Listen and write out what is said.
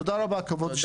תודה רבה כבוד יושב הראש.